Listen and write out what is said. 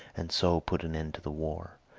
and so put an end to the war.